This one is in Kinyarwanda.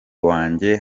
wanjye